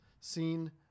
seen